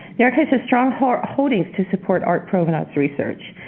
the archives is strong holdings to support art provenance research,